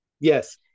Yes